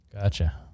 Gotcha